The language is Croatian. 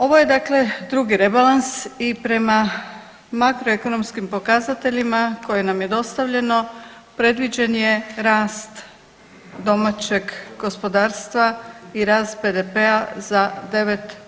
Ovo je dakle drugi rebalans i prema makroekonomskim pokazateljima koje nam je dostavljeno predviđen je rast domaćeg gospodarstva i rast BDP-a za 9%